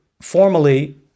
formally